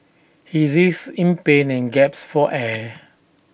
he writhed in pain and gasped for air